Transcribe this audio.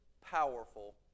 powerful